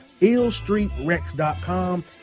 illstreetrex.com